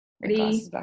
Ready